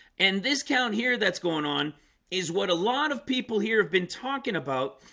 and this count here that's going on is what a lot of people here have been talking about